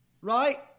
right